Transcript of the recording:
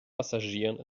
passagieren